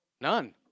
None